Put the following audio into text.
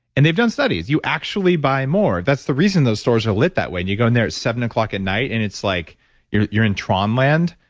and they've done studies, you actually buy more, that's the reason those stores are lit that way, and you go in there at seven o'clock at night and it's like you're you're in tron land,